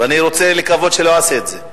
ואני רוצה לקוות שלא אעשה את זה.